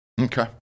okay